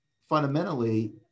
fundamentally